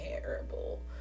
terrible